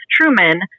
Truman